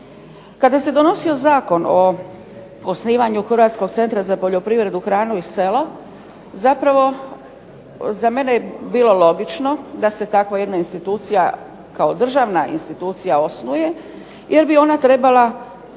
Kada se donosio Zakon o osnivanju Hrvatskog centra za poljoprivredu, hranu i selo, zapravo za mene je bilo logično da se takva jedna institucija kao državna institucija osnuje, jer bi ona trebala